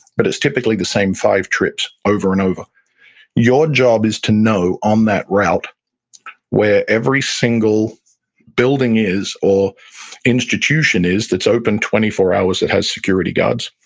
but it's typically the same five trips over and over your job is to know on that route where every single building is or institution is that's open twenty four hours that has security guards.